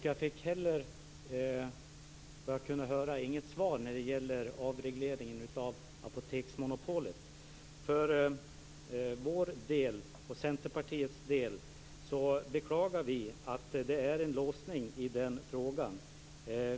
Jag fick, såvitt jag kunde höra, heller inget svar när det gäller avregleringen av apoteksmonopolet. För vår del beklagar vi att det finns en låsning i den frågan.